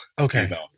Okay